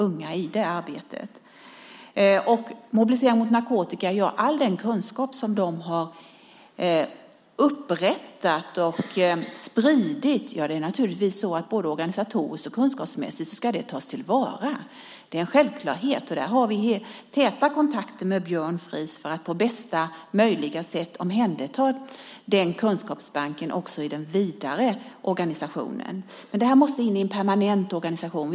All den kunskap som Mobilisering mot narkotika har upprättat och spridit ska naturligtvis tas till vara, både organisatoriskt och kunskapsmässigt. Det är en självklarhet. Där har vi täta kontakter med Björn Fries för att på bästa möjliga sätt omhänderta den kunskapsbanken också i den vidare organisationen. Men detta måste in i en permanent organisation.